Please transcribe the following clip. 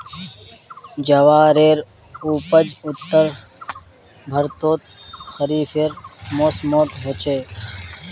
ज्वारेर उपज उत्तर भर्तोत खरिफेर मौसमोट होचे